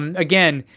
um again,